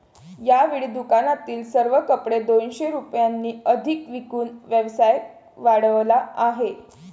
यावेळी दुकानातील सर्व कपडे दोनशे रुपयांनी अधिक विकून व्यवसाय वाढवला आहे